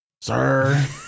sir